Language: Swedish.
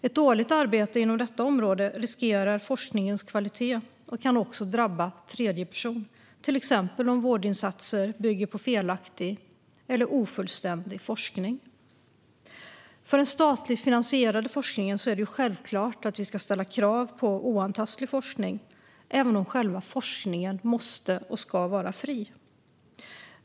Ett dåligt arbete inom detta område riskerar forskningens kvalitet och kan också drabba tredje person, till exempel om vårdinsatser bygger på felaktig eller ofullständig forskning. För den statligt finansierade forskningen är det självklart att vi ska ställa krav på oantastlig forskning även om själva forskningen måste och ska vara fri.